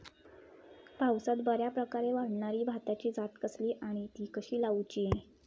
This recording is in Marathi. पावसात बऱ्याप्रकारे वाढणारी भाताची जात कसली आणि ती कशी लाऊची?